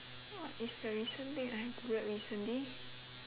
what is the recent thing I googled recently